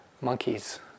monkeys